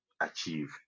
achieve